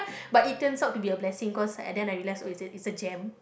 but it turns out to be a blessing cause and then I realise oh it's a it's a jam